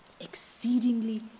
Exceedingly